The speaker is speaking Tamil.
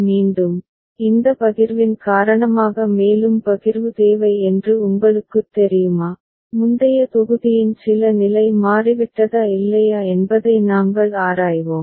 மீண்டும் இந்த பகிர்வின் காரணமாக மேலும் பகிர்வு தேவை என்று உங்களுக்குத் தெரியுமா முந்தைய தொகுதியின் சில நிலை மாறிவிட்டதா இல்லையா என்பதை நாங்கள் ஆராய்வோம்